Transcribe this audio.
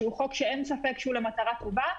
שהוא חוק שאין ספק שהוא למטרה טובה,